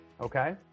okay